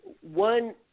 One